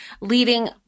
leading